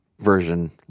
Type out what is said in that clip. version